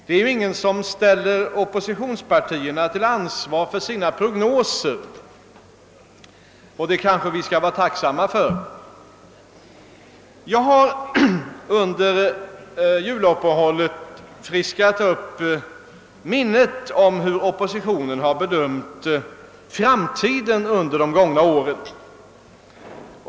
Det är ingen som ställer oppositionspartierna till ansvar för deras prognoser, och det kanske vi skall vara tacksamma för. Jag har under juluppehållet friskat upp minnet av hur oppositionen bedömt framtiden under de gångna åren.